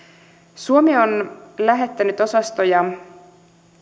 suomi on lähettänyt osastoja